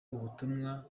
ubutumwa